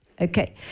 okay